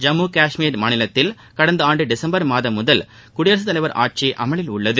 ஜம்மு காஷ்மீர் மாநிலத்தில் கடந்த ஆண்டு டிசம்பர் மாதம் முதல் குடியரசுத்தலைவர் ஆட்சி அமலில் உள்ளது